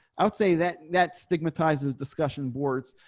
i would say that that stigmatizes discussion boards.